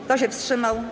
Kto się wstrzymał?